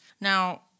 now